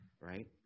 Right